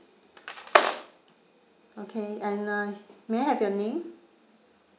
okay and uh may I have your name